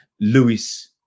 Lewis